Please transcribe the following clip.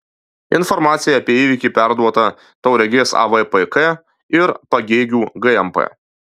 informacija apie įvykį perduota tauragės avpk ir pagėgių gmp